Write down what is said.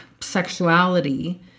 sexuality